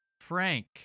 Frank